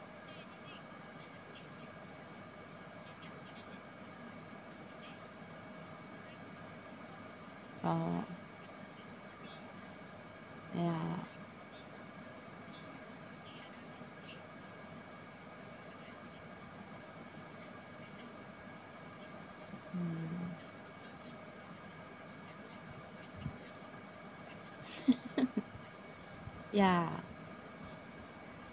orh ya mm ya